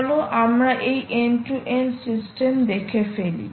চলো আমরা এই এন্ড টু এন্ড সিস্টেমদেখে ফেলি